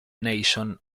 nation